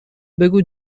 بگو